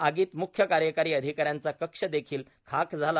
आगीत म्ख्य कार्यकारी अधिकाऱ्यांचा कक्ष देखील खाक झाला